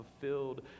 fulfilled